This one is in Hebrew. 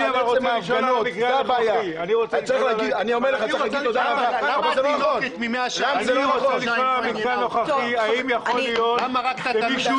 אני מבקש לדעת האם יכול להיות שבמקרה הנוכחי מישהו